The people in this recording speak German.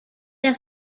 der